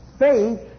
Faith